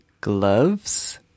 Gloves